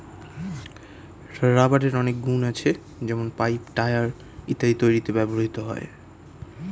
রাবারের অনেক গুন আছে যেমন পাইপ, টায়র ইত্যাদি তৈরিতে ব্যবহৃত হয়